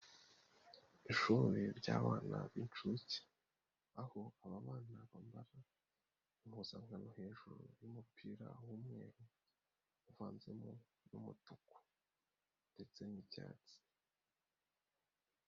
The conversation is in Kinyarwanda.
Ishuri ry'abana b'inshuke, aho aba bana bambara impuzankano hejuru y'umupira w'umweru, uvanzemo n'umutuku ndetse n'icyatsi.